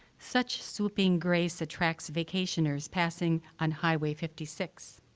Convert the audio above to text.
such swooping grace attracts vacationers passing on highway fifty six.